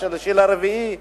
השלישי לרביעי,